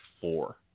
four